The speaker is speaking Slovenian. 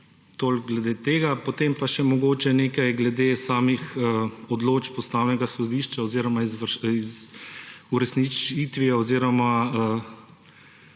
Toliko glede tega. Potem pa še mogoče nekaj glede samih odločb Ustavnega sodišča oziroma uresničitvijo oziroma